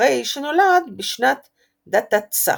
הרי שנולד בשנת ד'תתצ"ח.